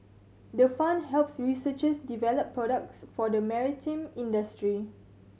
the fund helps researchers develop products for the maritime industry